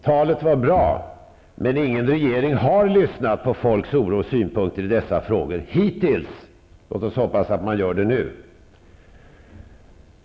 Talet var bra, men ingen regering har lyssnat på folks oro och synpunkter i dessa frågor hittills. Låt oss hoppas att man gör det nu.